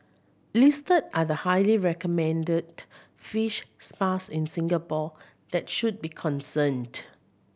listed are the highly recommended fish spas in Singapore that should be concerned